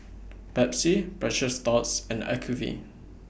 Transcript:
Pepsi Precious Thots and Acuvue